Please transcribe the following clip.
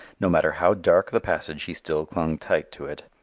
no matter how dark the passage, he still clung tight to it.